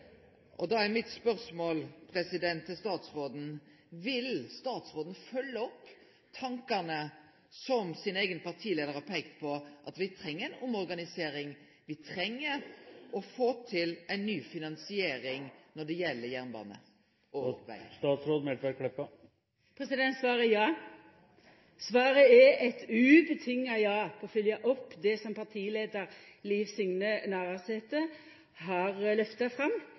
Da er mitt spørsmål til statsråden: Vil statsråden følgje opp tankane som hennar eigen partileiar har peikt på – at me treng ei omorganisering, at me treng å få til ei ny finansiering når det gjeld jernbane og veg? Svaret er ja. Svaret er eit absolutt ja til å fylgja opp det som partileiar Liv Signe Navarsete har lyfta fram